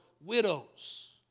widows